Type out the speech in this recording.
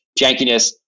jankiness